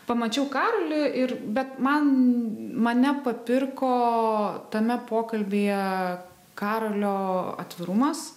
pamačiau karolį ir bet man mane papirko tame pokalbyje karolio atvirumas